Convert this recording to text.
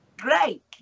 Great